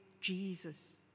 Jesus